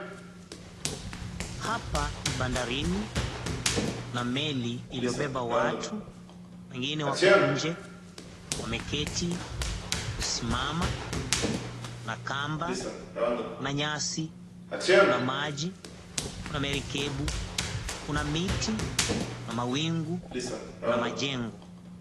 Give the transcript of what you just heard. Hapa ni bandarini na meli iliyobeba watu, wengine wako nje wameketi, kusimama, makamba, kuna nyasi na maji, kuna merikebu, kuna miti, kuna mawingu, kuna majengo.